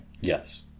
Yes